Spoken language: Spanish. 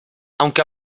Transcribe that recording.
aunque